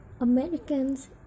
Americans